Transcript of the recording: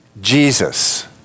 Jesus